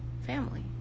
family